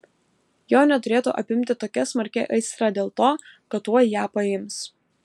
jo neturėtų apimti tokia smarki aistra dėl to kad tuoj ją paims